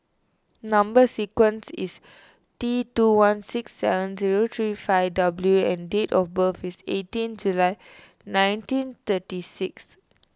Number Sequence is T two one six seven zero three five W and date of birth is eighteen July nineteen thirty six